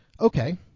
Okay